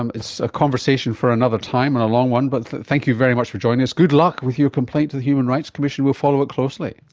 um it's a conversation for another time and a long one, but thank you very much be joining us. good luck with your complaint to the human rights commission. we'll follow it closely.